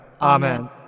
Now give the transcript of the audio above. Amen